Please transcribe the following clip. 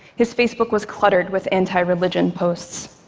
his facebook was cluttered with anti-religion posts.